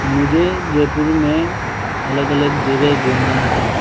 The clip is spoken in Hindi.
मुझे जयपुर में अलग अलग जगह घूमना है